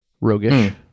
roguish